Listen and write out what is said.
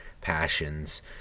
passions